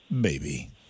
baby